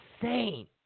insane